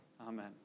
Amen